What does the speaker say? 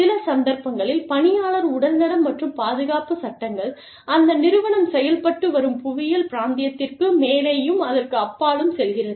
சில சந்தர்ப்பங்களில் பணியாளர் உடல்நலம் மற்றும் பாதுகாப்பு சட்டங்கள் அந்த நிறுவனம் செயல்பட்டு வரும் புவியியல் பிராந்தியத்திற்கு மேலேயும் அதற்கு அப்பாலும் செல்கிறது